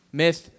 myth